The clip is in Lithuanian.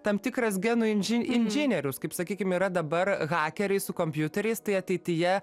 tam tikras genų inži inžinierius kaip sakykim yra dabar hakeriai su kompiuteriais tai ateityje